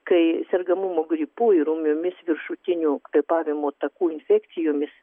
kai sergamumo gripu ir ūmiomis viršutinių kvėpavimo takų infekcijomis